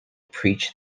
preach